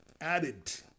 added